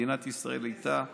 מדינת ישראל הייתה